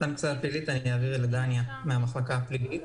הפלילית אני אעביר לדניה מהמחלקה הפלילית.